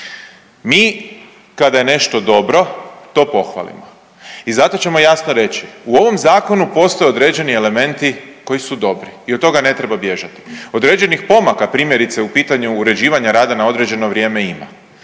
Mi kada je nešto dobro to pohvalimo i zato ćemo jasno reći u ovom zakonu postoje određeni elementi koji su dobri i od toga ne treba bježati. Određenih pomaka primjerice u pitanju uređivanja rada na određeno vrijeme ima,